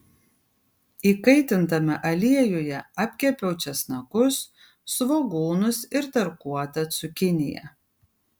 įkaitintame aliejuje apkepiau česnakus svogūnus ir tarkuotą cukiniją